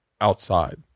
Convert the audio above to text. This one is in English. outside